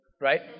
right